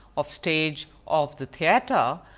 of stage, of the theatre?